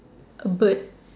A bird